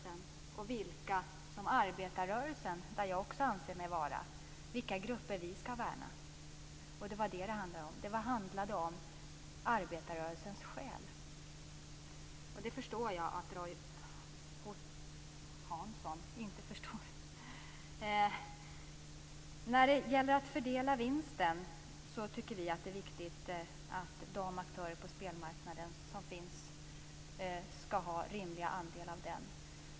Men jag syftade till arbetarrörelsen, där jag också anser mig ingå, och vilka grupper som vi i arbetarrörelsen skall värna. Det var det som det handlade om. Det handlade om arbetarrörelsens själ. Det begriper jag att Roy Hansson inte förstår. När det gäller att fördela vinsten tycker vi att det är viktigt att de aktörer på spelmarknaden som finns skall ha en rimlig andel av den.